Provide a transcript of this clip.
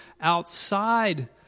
outside